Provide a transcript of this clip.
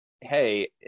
Hey